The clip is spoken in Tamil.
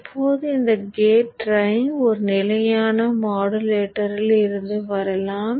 இப்போது இந்த கேட் டிரைவ் ஒரு நிலையான மாடுலேட்டரிலிருந்து வரலாம்